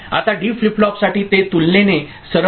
आता D flip फ्लॉपसाठी ते तुलनेने सरळ आहे